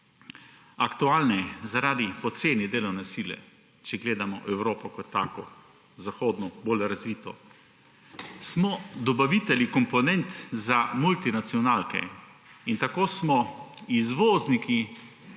aktualne zaradi poceni delovne sile, če gledamo Evropo kot tako, zahodno, bolj razvito. Smo dobavitelji komponent za multinacionalke in tako smo izvozniki